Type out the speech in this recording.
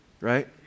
right